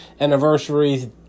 anniversaries